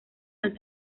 los